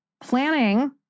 planning